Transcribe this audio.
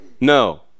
No